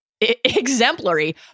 exemplary